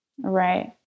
Right